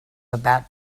about